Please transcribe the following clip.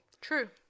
True